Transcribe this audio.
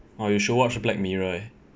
orh you should watch black mirror leh